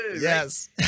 Yes